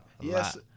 yes